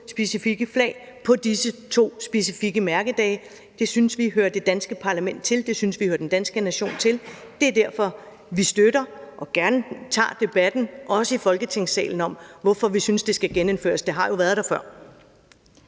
specifikke flag på disse to specifikke mærkedage. Det synes vi hører det danske parlament til. Det synes vi hører den danske nation til. Det er derfor, vi støtter og også gerne tager debatten i Folketingssalen om, hvorfor vi synes, det skal genindføres. Det har jo været der før.